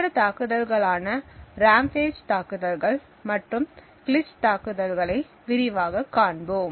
மற்ற தாக்குதல்களான ராம்பேஜ் தாக்குதல்கள் மற்றும் கிளிட்ஜ் தாக்குதல்களை விரிவாக காண்போம்